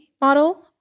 model